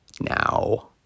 now